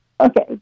Okay